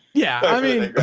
yeah. i mean,